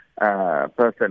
person